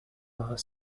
are